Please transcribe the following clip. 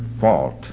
fault